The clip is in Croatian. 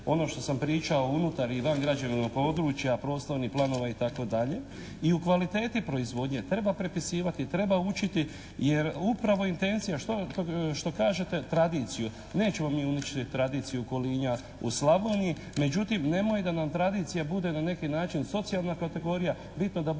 ono što sam pričao unutar i van građevnog područja, prostornih planova, itd., i u kvaliteti proizvodnje treba prepisivati, treba učiti jer upravo intencija što kažete tradiciju. Nećemo mi uništiti tradiciju kolinja u Slavoniji, međutim nemoj da nam tradicija bude na neki način socijalna kategorija, bitno da bude